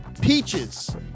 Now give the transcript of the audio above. Peaches